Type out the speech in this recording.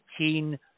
18